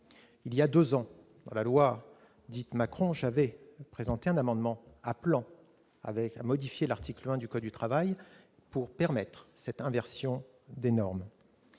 de la discussion de la loi dite Macron, j'avais présenté un amendement appelant à modifier l'article 1 du code du travail pour permettre cette inversion de la